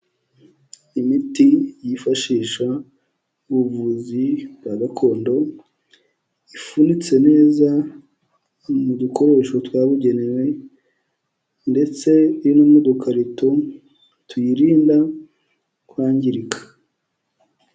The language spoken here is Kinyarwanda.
Imiti yifashisha ubuvuzi bwa gakondo, ifunitse neza mu dukoresho twabugenewe ndetse iri m'udukarito tuyirinda kwangirika.